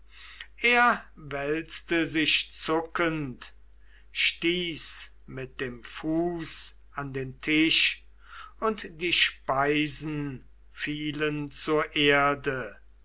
er wälzte sich zuckend stieß mit dem fuß an den tisch und die speisen fielen zur erde